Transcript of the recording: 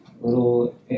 Little